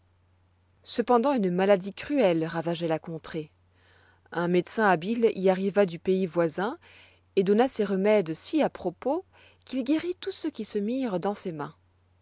cependant une maladie cruelle ravageoit la contrée un médecin habile y arriva du pays voisin et donna ses remèdes si à propos qu'il guérit tous ceux qui se mirent dans ses mains